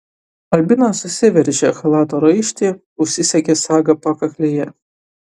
albina susiveržė chalato raištį užsisegė sagą pakaklėje